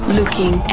looking